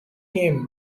kemp